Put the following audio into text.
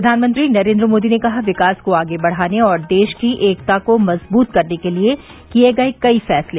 प्रधानमंत्री नरेन्द्र मोदी ने कहा विकास को आगे बढ़ाने और देश की एकता को मजबूत करने के लिए किए गये कई फैसले